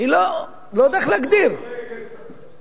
אני לא יודע איך להגדיר, או אחרי רצח.